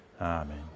Amen